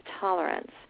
tolerance